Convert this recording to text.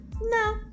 No